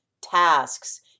tasks